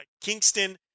Kingston